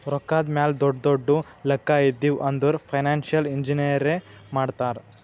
ರೊಕ್ಕಾದ್ ಮ್ಯಾಲ ದೊಡ್ಡು ದೊಡ್ಡು ಲೆಕ್ಕಾ ಇದ್ದಿವ್ ಅಂದುರ್ ಫೈನಾನ್ಸಿಯಲ್ ಇಂಜಿನಿಯರೇ ಮಾಡ್ತಾರ್